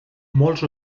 molts